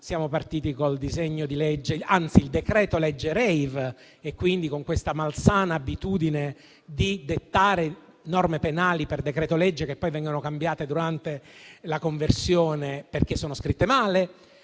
Siamo partiti con il decreto-legge *rave* e con questa malsana abitudine di dettare norme penali per decreto-legge: norme che poi vengono cambiate, in fase di conversione, perché sono scritte male.